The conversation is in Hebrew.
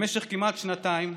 במשך כמעט שנתיים,